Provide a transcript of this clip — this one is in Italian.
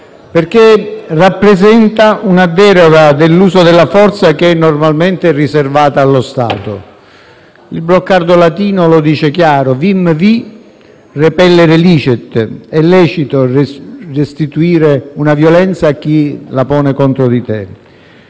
perché rappresenta una deroga dell'uso della forza che è normalmente riservato allo Stato. Il brocardo latino lo dice chiaro: *vim vi repellere licet*, è lecito restituire una violenza a chi la pone contro di te.